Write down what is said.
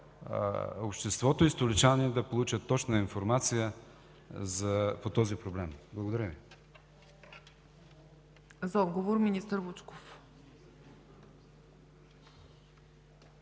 обществото и столичани да получат точна информация по този проблем. Благодаря Ви.